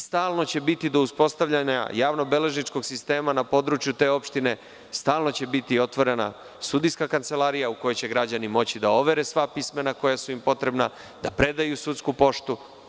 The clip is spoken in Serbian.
Stalno će biti do uspostavljanja javno-beležničkog sistema na području te opštine otvorena sudijska kancelarija u kojoj će građani moći da overe sva pismena koja su im potrebna, da predaju sudsku poštu.